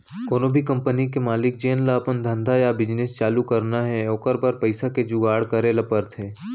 कोनो भी कंपनी के मालिक जेन ल अपन धंधा या बिजनेस चालू करना हे ओकर बर पइसा के जुगाड़ करे ल परथे